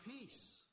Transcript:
peace